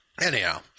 Anyhow